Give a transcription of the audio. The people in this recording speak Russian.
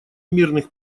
мирных